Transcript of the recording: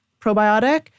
probiotic